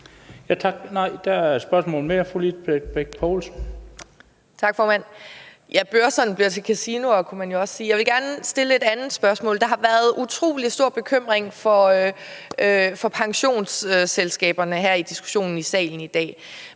er et spørgsmål mere.